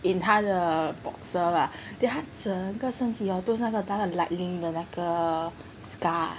in 他的 boxer lah then 他整个身体 hor 都是那个 lightning 的那个 scar